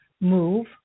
Move